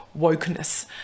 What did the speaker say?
wokeness